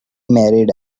married